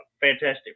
Fantastic